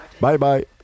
Bye-bye